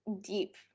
deep